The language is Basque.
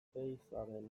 oteizaren